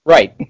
Right